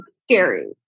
scary